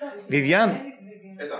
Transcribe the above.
Vivian